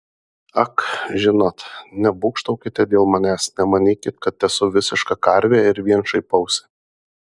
ak žinot nebūgštaukite dėl manęs nemanykit kad esu visiška karvė ir vien šaipausi